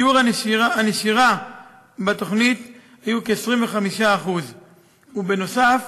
שיעור הנשירה בתוכנית היה כ-25%; ובנוסף,